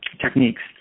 techniques